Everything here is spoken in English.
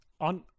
On